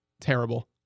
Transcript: terrible